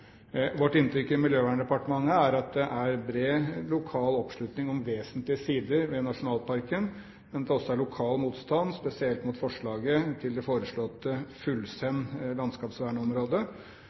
Vårt inntrykk i Miljøverndepartementet er at det er bred lokal oppslutning om vesentlige sider ved nasjonalparken, men at det også er lokal motstand, spesielt mot det foreslåtte